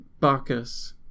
Bacchus